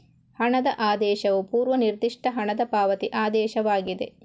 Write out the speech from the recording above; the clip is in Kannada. ಹಣದ ಆದೇಶವು ಪೂರ್ವ ನಿರ್ದಿಷ್ಟ ಹಣದ ಪಾವತಿ ಆದೇಶವಾಗಿದೆ